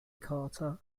carter